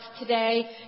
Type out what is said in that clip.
today